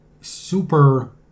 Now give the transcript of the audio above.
super